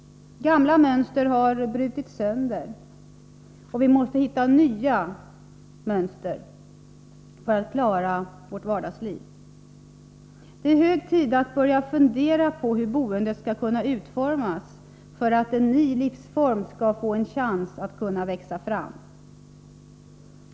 Gamla mönster har brutits sönder, och vi måste hitta nya mönster för att klara vårt vardagsliv. Det är hög tid att börja fundera på hur boendet skall kunna utformas för att en ny livsform skall få en chans att växa fram.